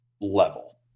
level